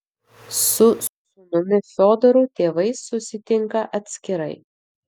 su sūnumi fiodoru tėvai susitinka atskirai